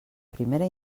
primera